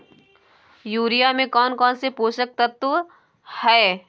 Urea में कौन कौन से पोषक तत्व है?